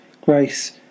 grace